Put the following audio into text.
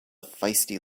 feisty